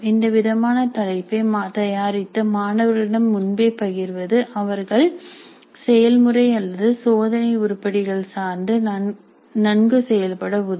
இந்தவிதமான தலைப்பை தயாரித்து மாணவர்களிடம் முன்பே பகிர்வது அவர்கள் செயல்முறை அல்லது சோதனை உருப்படிகள் சார்ந்து நன்கு செயல்பட உதவும்